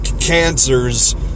cancers